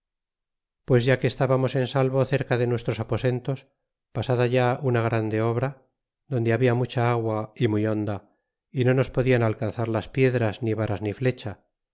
pues ya que estábamos en salvo cerca de nuestros aposentos pasada ya una grande obra donde habia mucha agua é muy honda y no nos podian alcanzar las piedras ni varas ni flecha